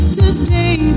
today